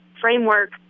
framework